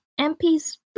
MP's